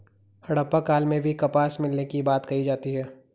हड़प्पा काल में भी कपास मिलने की बात कही जाती है